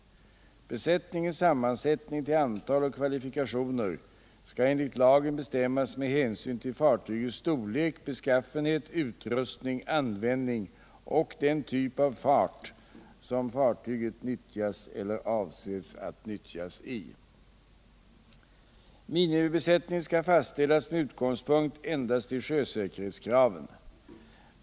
Besättningens sammansättning till antal och kvalifikationer skall enligt lagen bestämmas med hänsyn till fartygets storlek, beskaffenhet, utrustning, användning och den typ av fart som fartyget nyttjas eller avses att nyttjas i. Minimibesättning skall fastställas med utgångspunkt endast i sjösäkerhetskraven.